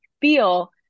feel